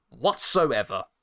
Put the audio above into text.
whatsoever